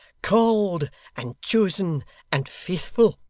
called and chosen and faithful.